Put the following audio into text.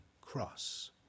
cross